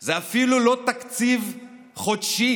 זה אפילו לא תקציב חודשי,